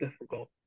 difficult